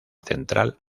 central